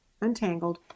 Untangled